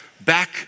back